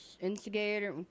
instigator